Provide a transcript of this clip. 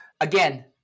Again